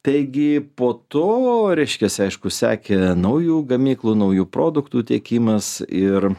taigi po to reiškiasi aišku sekė naujų gamyklų naujų produktų tiekimas ir